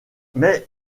mais